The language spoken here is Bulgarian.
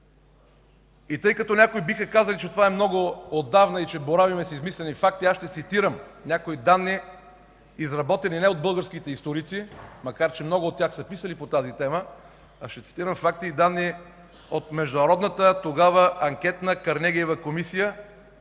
Тъй като някои биха казали, че това е много отдавна и че боравим с измислени факти, аз ще цитирам някои данни, изработени не от българските историци, макар че много от тях са писали по тази тема, а ще цитирам факти и данни от международната тогава Анкетна Карнегиева комисия,